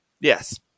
Yes